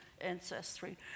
ancestry